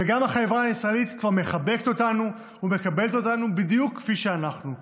וגם החברה הישראלית כבר מחבקת אותנו ומקבלת אותנו בדיוק כפי שאנחנו,